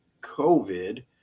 COVID